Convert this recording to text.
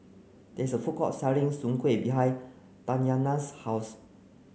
there is a food court selling soon Kueh behind Tatyanna's house